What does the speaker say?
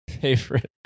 Favorite